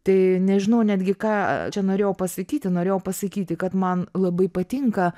tai nežinau netgi ką čia norėjau pasakyti norėjau pasakyti kad man labai patinka